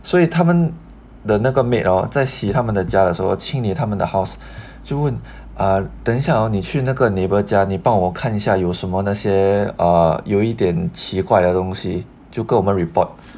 所以他们的那个 maid hor 在洗他们的家的时候清理他们的 house 就问等一下 hor 你去那个 neighbour 的家你帮我看一下有什么那些 uh 有一点奇怪的东西就跟我们 report